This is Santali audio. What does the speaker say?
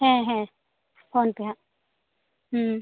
ᱦᱮᱸ ᱦᱮᱸ ᱯᱷᱚᱱ ᱯᱮ ᱱᱟᱦᱟᱸᱜ ᱦᱮᱸ